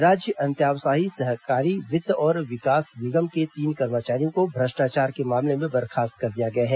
राज्य अंत्यावसायी सहकारी वित्त और विकास निगम के तीन कर्मचारियों को भ्रष्टाचार के मामले में बर्खास्त कर दिया गया है